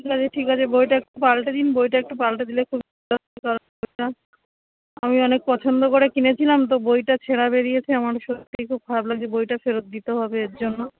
ঠিক আছে ঠিক আছে বইটা একটু পাল্টে দিন বইটা একটু পাল্টে দিলে খুব আমি অনেক পছন্দ করে কিনেছিলাম তো বইটা ছেঁড়া বেরিয়েছে আমার সত্যিই খুব খারাপ লাগছে বইটা ফেরত দিতে হবে এর জন্য